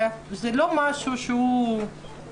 זה לא משהו נקודתי,